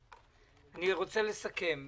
אני רוצה לסכם.